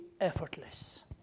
effortless